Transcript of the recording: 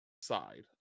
side